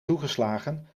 toegeslagen